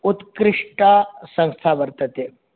उत्कृष्टा संस्था वर्तते